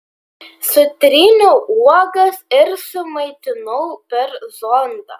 sutryniau uogas ir sumaitinau per zondą